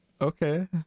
Okay